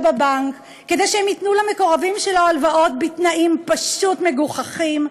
בבנק כדי שהם ייתנו למקורבים שלו הלוואות בתנאים פשוט מגוחכים,